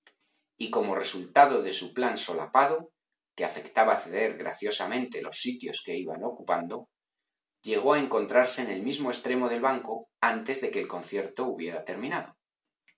y como resultado de su plan solapado que afectaba ceder graciosamente los sitios que iba ocupándo llegó a encontrarse en el mismo extremo del banco antes de que el conciert o hubiera terminado